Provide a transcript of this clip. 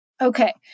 Okay